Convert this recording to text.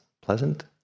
pleasant